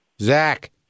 Zach